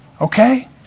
Okay